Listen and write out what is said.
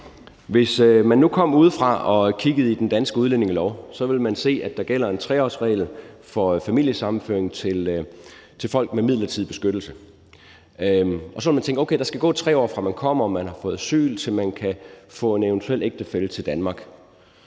Hvis man nu kom udefra og kiggede i den danske udlændingelov, ville man se, at der gælder en 3-årsregel for familiesammenføring for folk med midlertidigt beskyttelsesbehov. Så vil man tænke, okay, der skal gå 3 år, fra man kommer og har fået asyl, til at man kan få en eventuel ægtefælle til Danmark.